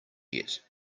yet